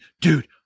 dude